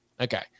Okay